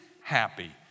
happy